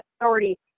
authority